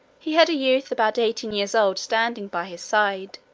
he had a youth about eighteen years old standing by his side.